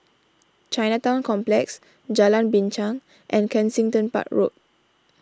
Chinatown Complex Jalan Binchang and Kensington Park Road